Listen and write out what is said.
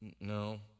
No